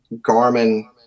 Garmin